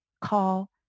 call